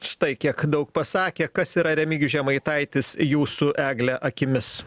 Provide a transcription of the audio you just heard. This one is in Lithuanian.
štai kiek daug pasakė kas yra remigijus žemaitaitis jūsų egle akimis